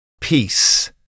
Peace